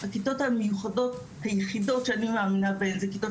הכיתות המיוחדות היחידות שאני מאמינה בהם זה כיתות